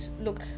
look